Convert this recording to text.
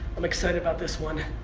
i'm excited about this one.